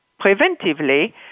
preventively